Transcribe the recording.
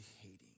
hating